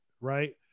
right